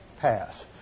pass